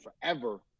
forever